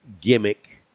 gimmick